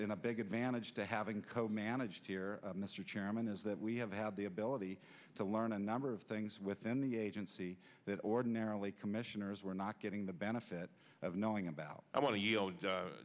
in a big advantage to having co managed here mr chairman is that we have had the ability to learn a number of things within the agency that ordinarily commissioners were not getting the benefit of knowing about i